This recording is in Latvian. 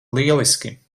lieliski